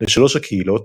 לשלוש הקהילות,